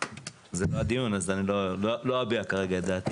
זה לא הדיון, אז אני לא אביע כרגע את דעתי.